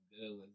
good